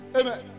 amen